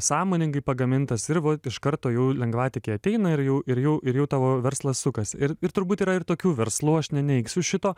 sąmoningai pagamintas ir va iš karto jau lengvatikiai ateina ir jau ir jau ir jau tavo verslas sukasi ir ir turbūt yra ir tokių verslų aš neneigsiu šito